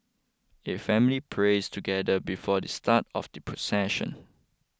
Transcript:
a family prays together before the start of the procession